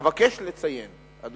אבקש לציין כי כל